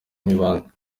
ibanga